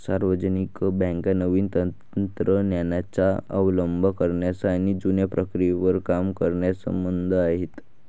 सार्वजनिक बँका नवीन तंत्र ज्ञानाचा अवलंब करण्यास आणि जुन्या प्रक्रियेवर काम करण्यास मंद आहेत